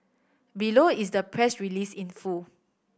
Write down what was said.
below is the press release in full